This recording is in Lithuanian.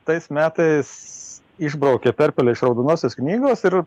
tais metais išbraukė perpelę iš raudonosios knygos ir